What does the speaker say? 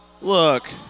Look